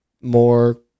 more